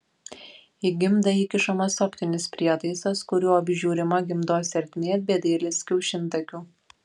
į gimdą įkišamas optinis prietaisas kuriuo apžiūrima gimdos ertmė bei dalis kiaušintakių